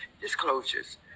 disclosures